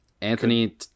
anthony